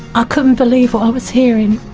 i couldn't believe what i was hearing.